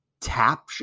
tap